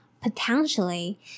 potentially